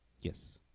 Yes